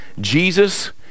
Jesus